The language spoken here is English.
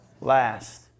last